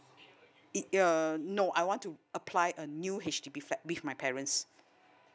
it uh no I want to apply a new H_D_B flat with my parents